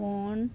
phone